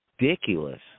ridiculous